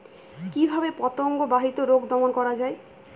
কিভাবে পতঙ্গ বাহিত রোগ দমন করা যায়?